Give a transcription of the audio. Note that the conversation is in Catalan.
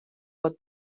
pot